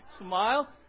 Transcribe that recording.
Smile